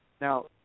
now